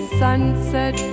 sunset